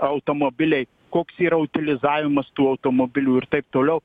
automobiliai koks yra utilizavimas tų automobilių ir taip toliau